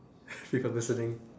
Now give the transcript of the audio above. sick of listening